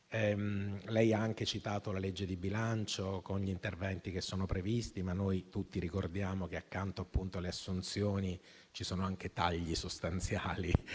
ha anche citato la legge di bilancio, con gli interventi che sono previsti, ma noi tutti ricordiamo che accanto alle assunzioni ci sono anche tagli sostanziali